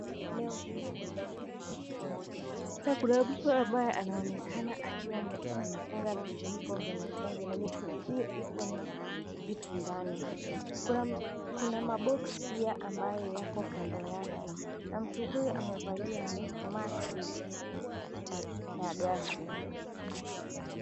Eneo hili ni ndani ya kampuni na kuna mtu ambaye anaonekana akiwa anafunga vifuniko vya mitungi na mitungi hiyo ikona vitu ndani. Kuna maboksi pia ambayo yako kando yake na mtu huyo amevalia maksi ya gasi.